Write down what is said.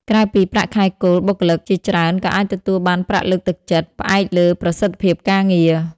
ក្រៅពីប្រាក់ខែគោល បុគ្គលិកជាច្រើនក៏អាចទទួលបានប្រាក់លើកទឹកចិត្ត ផ្អែកលើប្រសិទ្ធភាពការងារ។